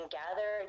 gather